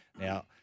Now